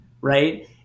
right